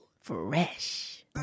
Fresh